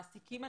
מעסיקים אנשים,